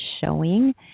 showing